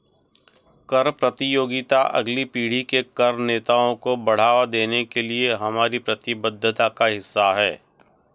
कर प्रतियोगिता अगली पीढ़ी के कर नेताओं को बढ़ावा देने के लिए हमारी प्रतिबद्धता का हिस्सा है